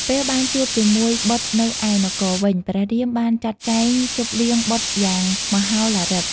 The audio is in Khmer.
ពេលបានជួបជាមួយបុត្រនៅឯនគរវិញ ព្រះរាមបានចាត់ចែងជប់លៀងបុត្រយ៉ាងមហោឡារិក។